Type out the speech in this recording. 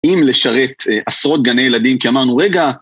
אם לשרת עשרות גני ילדים, כי אמרנו, רגע...